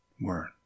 word